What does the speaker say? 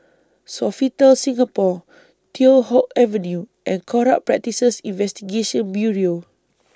Sofitel Singapore Teow Hock Avenue and Corrupt Practices Investigation Bureau